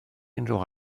unrhyw